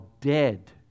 dead